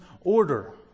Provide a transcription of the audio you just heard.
order